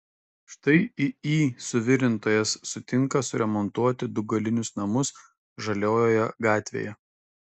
štai iį suvirintojas sutinka suremontuoti du galinius namus žaliojoje gatvėje